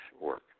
work